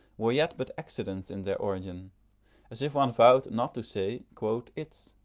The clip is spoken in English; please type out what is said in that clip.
were yet but accidents in their origin as if one vowed not to say its,